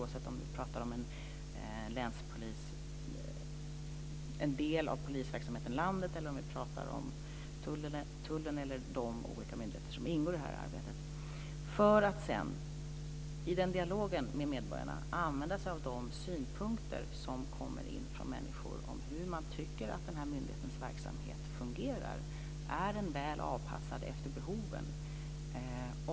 Detta arbete ska omfatta delar av polisverksamheten i landet, tullen och andra myndigheter. Man vill sedan kunna använda sig av de synpunkter som kommer in från människor i denna dialog med medborgarna. Hur tycker de att myndighetens verksamhet fungerar? Är den väl avpassad efter behoven?